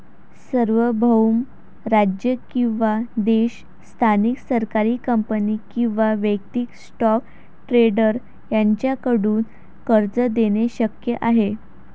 सार्वभौम राज्य किंवा देश स्थानिक सरकारी कंपनी किंवा वैयक्तिक स्टॉक ट्रेडर यांच्याकडून कर्ज देणे शक्य आहे